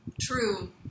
true